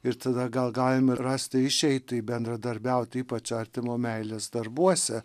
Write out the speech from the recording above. ir tada gal galim rasti išeitį bendradarbiauti ypač artimo meilės darbuose